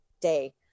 day